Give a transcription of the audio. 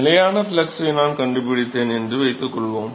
நிலையான ஃப்ளக்ஸை நான் கண்டுபிடித்தேன் என்று வைத்துக்கொள்வோம்